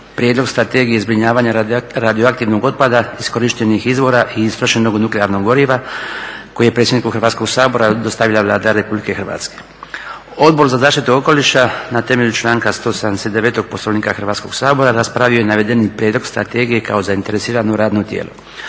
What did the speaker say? Prijedlog strategije zbrinjavanja radioaktivnog otpada, iskorištenih izvora i istrošenog nuklearnog goriva koji je predsjedniku Hrvatskog sabora dostavila Vlada Republike Hrvatske. Odbor za zaštitu okoliša na temelju članka 179. Poslovnika Hrvatskog sabora raspravio je navedeni prijedlog strategije kao zainteresirano radno tijelo.